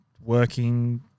working